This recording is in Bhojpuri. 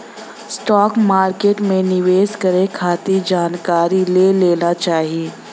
स्टॉक मार्केट में निवेश करे खातिर जानकारी ले लेना चाही